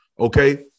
okay